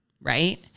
Right